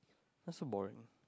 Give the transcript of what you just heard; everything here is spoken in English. why so boring